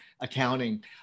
accounting